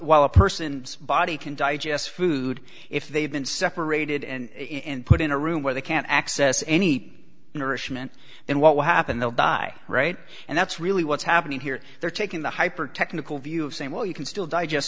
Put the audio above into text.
e a person's body can digest food if they've been separated and put in a room where they can't access any nourishment then what will happen they'll die right and that's really what's happening here they're taking the hyper technical view of saying well you can still digest